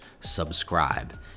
subscribe